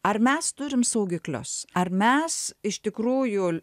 ar mes turim saugiklius ar mes iš tikrųjų